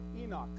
Enoch